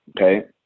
Okay